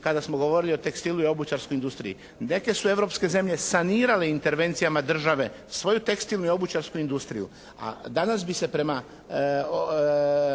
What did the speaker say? kada smo govorili o tekstilu i obućarskoj industriji. Neke su europske zemlje sanirale intervencijama države svoju tekstilnu i obućarsku industriju, danas bi se prema